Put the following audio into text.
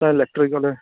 electrical